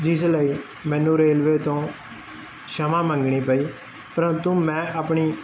ਜਿਸ ਲਈ ਮੈਨੂੰ ਰੇਲਵੇ ਤੋਂ ਸ਼ਮਾ ਮੰਗਣੀ ਪਈ ਪ੍ਰੰਤੂ ਮੈਂ ਆਪਣੀ